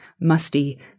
musty